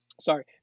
Sorry